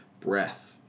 breath